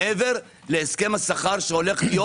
מעבר להסכם השכר שהולך להיות,